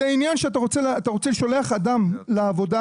זה עניין שאתה שולח אדם לעבודה,